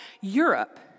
Europe